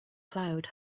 cloud